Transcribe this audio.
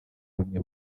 w’ubumwe